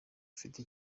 ufite